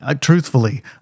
truthfully